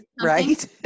right